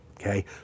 okay